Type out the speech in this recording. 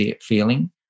feeling